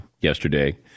yesterday